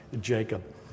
Jacob